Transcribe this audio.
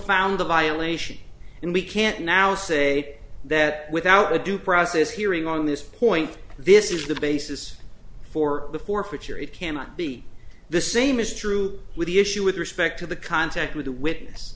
found a violation and we can't now say that without a due process hearing on this point this is the basis for the forfeiture it cannot be the same is true with the issue with respect to the contact with the witness